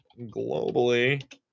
globally